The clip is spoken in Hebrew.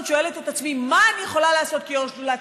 שואלת את עצמי: מה אני יכולה לעשות כיו"ר שדולת